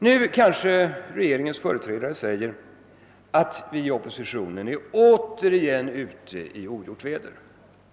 Nu kanske regeringens företrädare säger, att vi i oppositionen återigen är ute i ogjort väder.